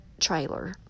trailer